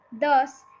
Thus